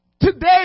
today